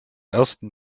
ersten